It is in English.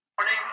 Morning